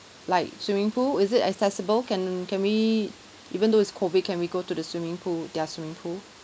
like swimming pool is it accessible can can we even though it's COVID can we go to the swimming pool their swimming pool